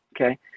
Okay